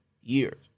years